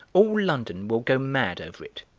all london will go mad over it.